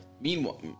meanwhile